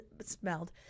smelled